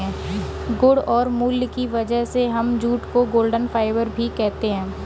गुण और मूल्य की वजह से हम जूट को गोल्डन फाइबर भी कहते है